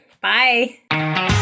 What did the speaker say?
Bye